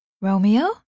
Romeo